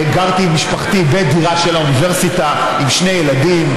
גרתי עם משפחתי בדירה של האוניברסיטה עם שני ילדים,